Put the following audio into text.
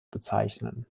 bezeichnen